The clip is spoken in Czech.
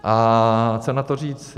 A co na to říct?